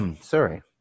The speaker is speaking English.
Sorry